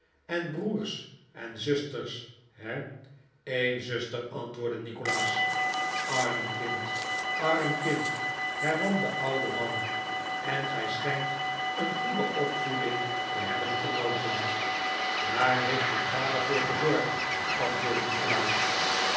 en broers en zusters he een zuster antwoordde nikolaas arm kind arm kind hernam de oude man en gij schijnt een goede opvoeding te hebben genoten daar heeft mijn vader voor gezorgd antwoordde nikolaas